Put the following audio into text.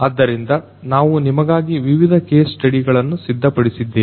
ಆದ್ದರಿಂದ ನಾವು ನಿಮಗಾಗಿ ವಿವಿಧ ಕೇಸ್ ಸ್ಟಡಿ ಗಳನ್ನು ಸಿದ್ಧಪಡಿಸಿದ್ದೇವೆ